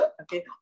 okay